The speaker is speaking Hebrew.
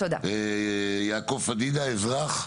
יעקב פדידה, אזרח.